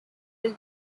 are